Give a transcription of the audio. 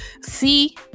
see